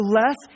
less